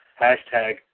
hashtag